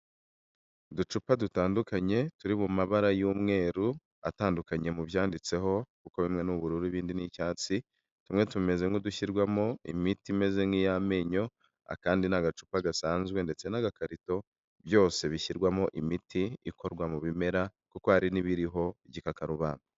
Uducupa dutandukanye, turi mu mabara y'umweru atandukanye mu byanditseho kuko bimwe ni ubururu, ibindi ni icyatsi, tumwe tumeze nk'udushyirwamo imiti imeze nk'iy'amenyo, akandi ni agacupa gasanzwe ndetse n'agakarito, byose bishyirwamo imiti ikorwa mu bimera kuko hari n'ibiriho igikakarubamba.